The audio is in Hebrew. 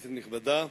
כנסת נכבדה,